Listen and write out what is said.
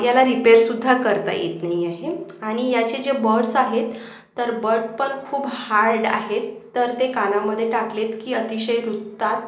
याला रिपेअर सुद्धा करता येत नाही आहे आणि याचे जे बडस् आहेत तर बडपण खूप हार्ड आहेत तर ते कानामध्ये टाकलेत की अतिशय रुततात